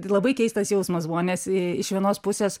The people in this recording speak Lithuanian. labai keistas jausmas buvo nes iš vienos pusės